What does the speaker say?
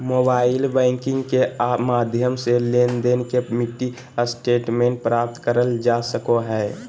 mobile banking के माध्यम से लेनदेन के मिनी स्टेटमेंट प्राप्त करल जा सको हय